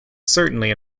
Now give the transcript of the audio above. certainly